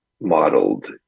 modeled